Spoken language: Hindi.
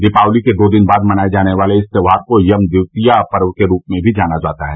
दीपावली के दो दिन बाद मनाये जाने वाले इस त्यौहार को यम द्वितीया पर्व के रूप में भी जाना जाता है